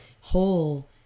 whole